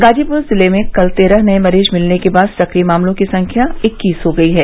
गाजीपुर जिले में कल तेरह नए मरीज मिलने के बाद सक्रिय मामलों की संख्या इक्कीस हो गई है